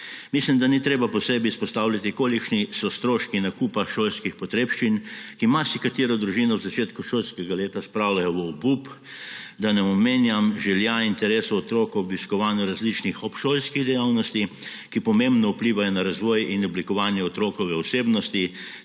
Mislim, da ni treba posebej izpostavljati, kolikšni so stroški nakupa šolskih potrebščin, ki marsikatero družino v začetku šolskega leta spravljajo v obup, da ne omenjam želja, interesov otrokov o obiskovanju različnih obšolskih dejavnosti, ki pomembno vplivajo na razvoj in oblikovanje otrokove osebnosti